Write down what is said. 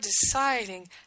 deciding